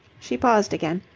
she paused again.